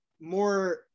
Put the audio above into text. more